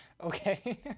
Okay